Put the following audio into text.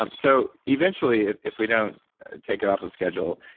um so, eventually, if if we don't take it off the schedule,